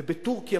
ובטורקיה,